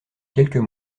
quelques